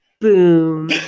Boom